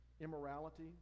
immorality